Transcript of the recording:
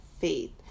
faith